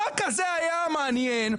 מה כזה היה מעניין?